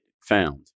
found